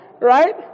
right